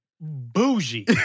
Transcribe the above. bougie